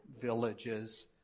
villages